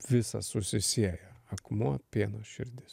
visa susisieja akmuo pieno širdis